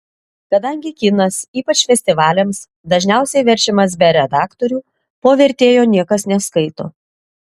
kadangi kinas ypač festivaliams dažniausiai verčiamas be redaktorių po vertėjo niekas neskaito